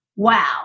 Wow